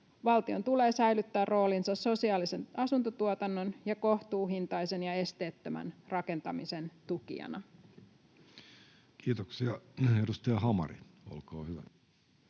Valtion tulee säilyttää roolinsa sosiaalisen asuntotuotannon ja kohtuuhintaisen ja esteettömän rakentamisen tukijana. Kiitoksia. — Edustaja Hamari, olkaa hyvä.